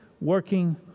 working